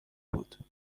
بود